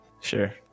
Sure